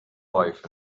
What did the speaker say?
life